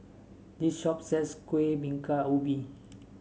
this shop sells Kueh Bingka Ubi